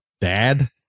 dad